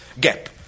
gap